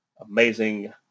amazing